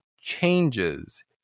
changes